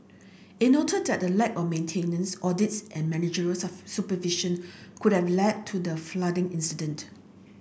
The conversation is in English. it noted that a lack of maintenance audits and managerial supervision could have led to the flooding incident